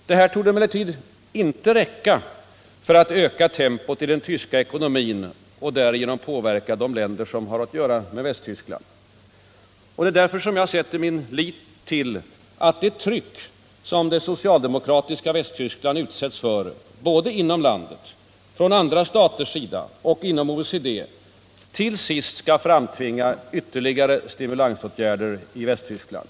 Detta torde emellertid inte räcka för att öka tempot i den tyska ekonomin och därigenom påverka de länder som har att göra med Västtyskland. Det är därför jag sätter min lit till att det tryck, som det socialdemokratiska Västtyskland utsatts för både inom landet, från andra staters sida och inom OECD, till sist skall framtvinga ytterligare stimulansåtgärder i Västtyskland.